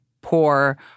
poor